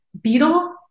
beetle